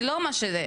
זה לא מה שזה.